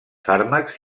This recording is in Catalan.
fàrmacs